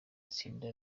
itsinda